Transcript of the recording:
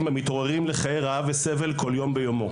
המתעוררים לחיי רעב וסבל כל יום ביומו.